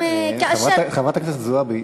חברת הכנסת זועבי,